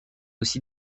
aussi